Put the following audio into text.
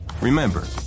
Remember